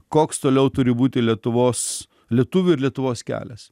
koks toliau turi būti lietuvos lietuvių ir lietuvos kelias